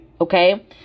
okay